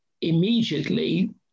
immediately